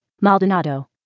Maldonado